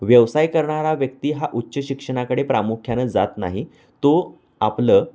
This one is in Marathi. व्यवसाय करणारा व्यक्ती हा उच्च शिक्षणाकडे प्रामुख्याने जात नाही तो आपलं